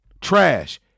trash